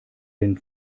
den